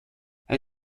hij